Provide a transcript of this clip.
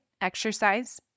exercise